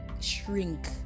Shrink